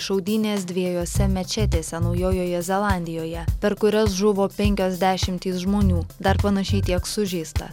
šaudynės dviejose mečetėse naujojoje zelandijoje per kurias žuvo penkios dešimtys žmonių dar panašiai tiek sužeista